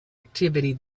activity